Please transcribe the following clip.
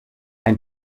ein